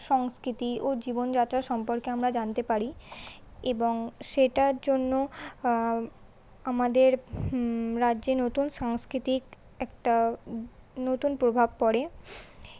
সংস্কৃতি ও জীবনযাত্রা সম্পর্কে আমরা জানতে পারি এবং সেটার জন্য আমাদের রাজ্যে নতুন সাংস্কৃতিক একটা নতুন প্রভাব পড়ে